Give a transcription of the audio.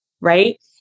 right